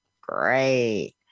Great